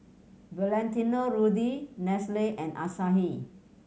Valentino Rudy Nestle and Asahi